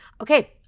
Okay